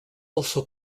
also